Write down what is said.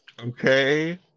Okay